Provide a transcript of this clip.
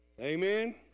amen